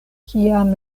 kiam